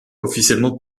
officiellement